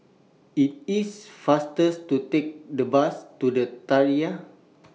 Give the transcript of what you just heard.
IT IS faster to Take The Bus to The Tiara